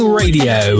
radio